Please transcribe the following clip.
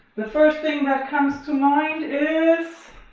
the first thing that comes to mind is